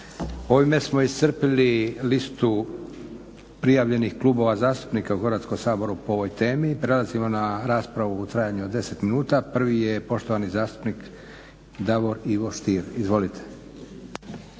Ovime smo iscrpili listu prijavljenih klubova zastupnika u Hrvatskom saboru po ovoj temi. Prelazimo na raspravu u trajanju od 10 minuta. Prvi je poštovani zastupnik Davor Ivo Stier. Izvolite.